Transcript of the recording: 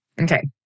Okay